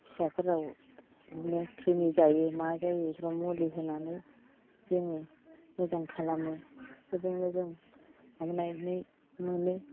फिसाफोरा बिदिनो क्रिमि जायो मा जायो बेफोराव मुलि होनानै जोङो मोजां खालामो बेफोरजोंनो जों माबानानै मोनो